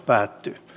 käännettynä